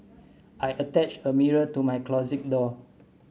I attached a mirror to my closet door